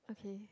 okay